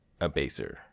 abaser